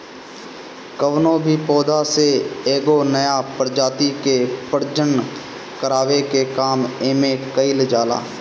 कवनो भी पौधा से एगो नया प्रजाति के प्रजनन करावे के काम एमे कईल जाला